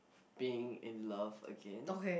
being in love again